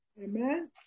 Amen